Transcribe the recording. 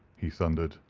he thundered,